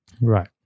Right